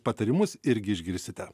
patarimus irgi išgirsite